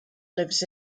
lives